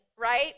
Right